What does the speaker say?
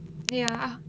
ya